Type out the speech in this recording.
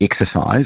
exercise